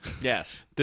Yes